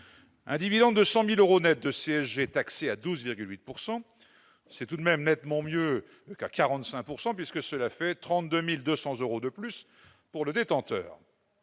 Un dividende de 100 000 euros nets de CSG taxé à 12,8 %, c'est tout de même nettement mieux qu'à 45 %, puisque cela fait 32 200 euros de plus pour le détenteur